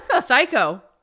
psycho